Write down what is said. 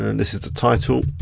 and this is the title.